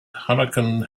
hurricane